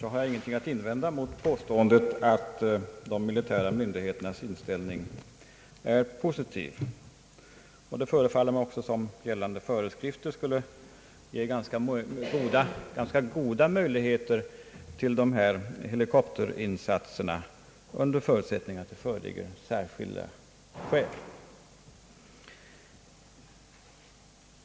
har jag ingenting att invända mot påståendet att de militära myndigheternas inställning är positiv. Det förefaller mig också som gällande föreskrifter skulle ge ganska goda möjligheter till dessa helikopterinsatser, under förutsättning att särskilda skäl föreligger.